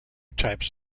types